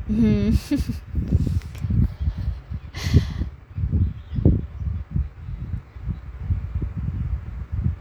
mmhmm